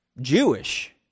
Jewish